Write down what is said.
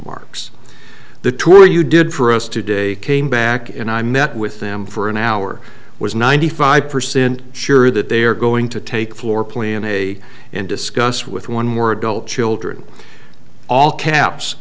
marks the tour you did for us today came back and i met with them for an hour was ninety five percent sure that they are going to take floor plan a and discuss with one more adult children all caps